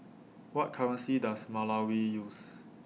What currency Does Malawi use